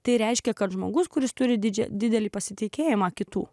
tai reiškia kad žmogus kuris turi didžią didelį pasitikėjimą kitų